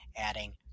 adding –